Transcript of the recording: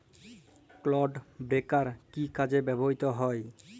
Clod breaker কি কাজে ব্যবহৃত হয়?